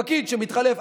פקיד שמתחלף.